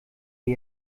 wir